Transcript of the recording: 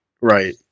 Right